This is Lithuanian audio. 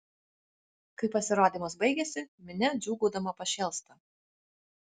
kai pasirodymas baigiasi minia džiūgaudama pašėlsta